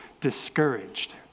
discouraged